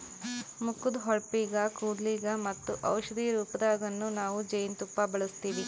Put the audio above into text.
ಮುಖದ್ದ್ ಹೊಳಪಿಗ್, ಕೂದಲಿಗ್ ಮತ್ತ್ ಔಷಧಿ ರೂಪದಾಗನ್ನು ನಾವ್ ಜೇನ್ತುಪ್ಪ ಬಳಸ್ತೀವಿ